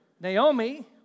Naomi